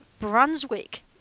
brunswick